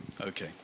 Okay